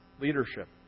leadership